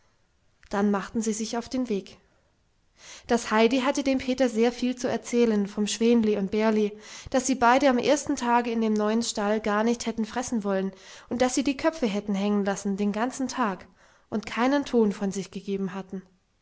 dann machten sie sich auf den weg das heidi hatte dem peter sehr viel zu erzählen vom schwänli und bärli daß sie beide am ersten tage in dem neuen stall gar nicht hatten fressen wollen und daß sie die köpfe hatten hängen lassen den ganzen tag und keinen ton von sich gegeben hatten